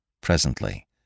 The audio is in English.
Presently